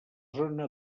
zona